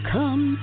Come